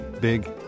Big